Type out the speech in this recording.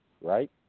right